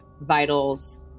vitals